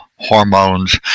hormones